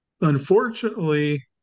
unfortunately